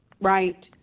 Right